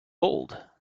old